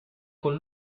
con